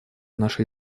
нашей